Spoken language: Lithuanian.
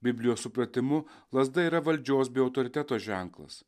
biblijos supratimu lazda yra valdžios bei autoriteto ženklas